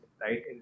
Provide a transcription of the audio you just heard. right